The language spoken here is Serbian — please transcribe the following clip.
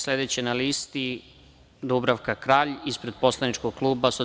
Sledeća na listi je Dubravka Kralj, ispred Poslaničkog kluba SPS.